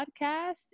podcast